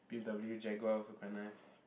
b_m_w jaguar also quite nice